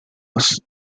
was